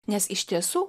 nes iš tiesų